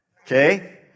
Okay